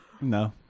No